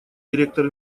директор